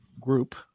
group